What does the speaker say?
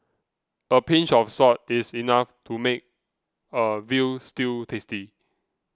a pinch of salt is enough to make a Veal Stew tasty